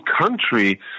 country